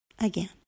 again